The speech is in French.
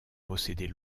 posséder